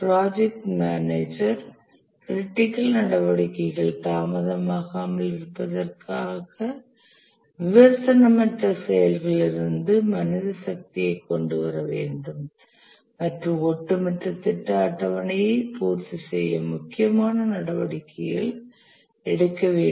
project manager critical நடவடிக்கைகள் தாமதமாகாமல் இருப்பதற்காக விமர்சனமற்ற செயல்களிலிருந்து மனித சக்தியைக் கொண்டுவர வேண்டும் மற்றும் ஒட்டுமொத்த திட்ட அட்டவணையை பூர்த்தி செய்ய முக்கியமான நடவடிக்கைகள் எடுக்க வேண்டும்